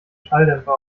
schalldämpfer